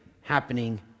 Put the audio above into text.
happening